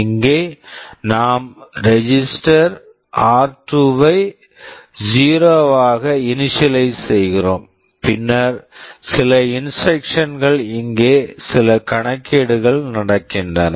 இங்கே நாம் register register R two r2 வை 0 Zero வாக இனிஷியலைஷிங் initializing செய்கிறோம் பின்னர் சில இன்ஸ்ட்ரக்க்ஷன்ஸ் instructions கள் இங்கே சில கணக்கீடுகள் நடக்கின்றன